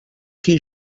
qui